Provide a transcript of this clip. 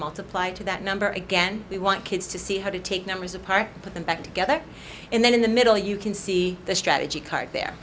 multiply to that number again we want kids to see how to take numbers apart put them back together and then in the middle you can see the strategy card there